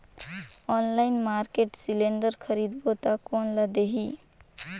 Online market cylinder खरीदबो ता कोन ला देही?